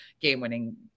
game-winning